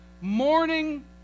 Morning